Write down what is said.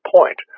point